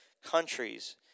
countries